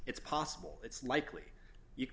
it's possible it's likely you